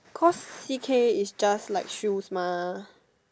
cause C_K is just like shoes mah